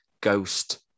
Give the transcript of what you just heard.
ghost